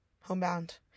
homebound